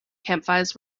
campfires